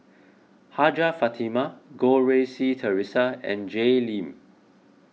Hajjah Fatimah Goh Rui Si theresa and Jay Lim